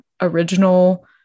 original